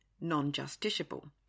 non-justiciable